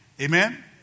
Amen